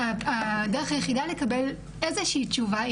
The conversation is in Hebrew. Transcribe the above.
והדרך היחידה לקבל איזה שהיא תשובה היא